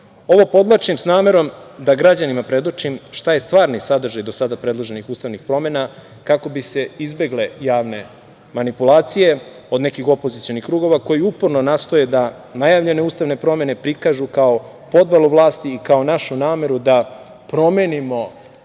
Ovo podvlačim, s namerom da građanima predočim, šta je stvarni sadržaj do sada predloženih Ustavnih promena, kako bi se izbegle javne manipulacije, od nekih opozicionih krugova, koji uporno nastoje da najavljene ustavne promene prikažu kao podelu vlasti i kao našu nameru da promenimo